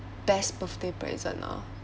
best birthday present ah